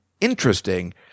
Interesting